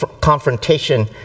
confrontation